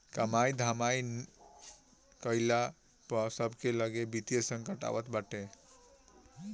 कमाई धमाई नाइ कईला पअ सबके लगे वित्तीय संकट आवत बाटे